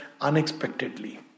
...unexpectedly